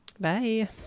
Bye